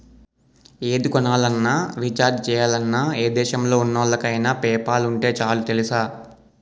ఏది కొనాలన్నా, రీచార్జి చెయ్యాలన్నా, ఏ దేశంలో ఉన్నోళ్ళకైన పేపాల్ ఉంటే చాలు తెలుసా?